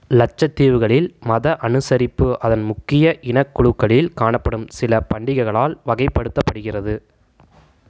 லட்சத்தீவுகளில் மத அனுசரிப்பு அதன் முக்கிய இனக் குழுக்களில் காணப்படும் சில பண்டிகைகளால் வகைப்படுத்தப்படுகிறது